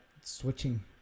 switching